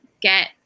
get